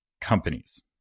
companies